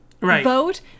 vote